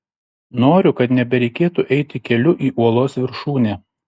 noriu kad nebereikėtų eiti keliu į uolos viršūnę